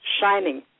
shining